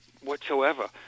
whatsoever